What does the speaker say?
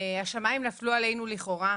השמיים נפלו עלינו לכאורה.